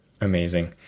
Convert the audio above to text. Amazing